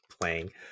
playing